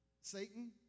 Satan